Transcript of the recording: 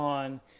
On